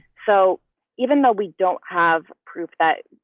so even though we don't have proof that,